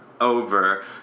over